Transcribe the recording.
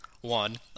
one